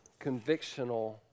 convictional